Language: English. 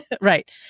Right